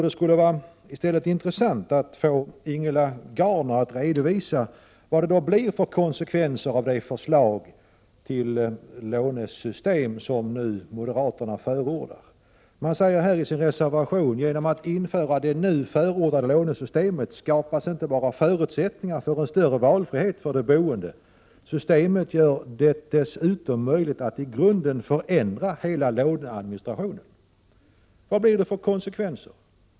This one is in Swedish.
Det skulle vara intressant att i stället få höra Ingela Gardner redovisa konsekvenserna av det förslag till lånesystem som moderaterna nu förordar. Moderaterna säger i sin reservation: ”Genom att införa det nu förordade lånesystemet skapas inte bara förutsättningar för en större valfrihet för de boende. Systemet gör det dessutom möjligt att i grunden förändra hela låneadministrationen.” Vilka blir konsekvenserna?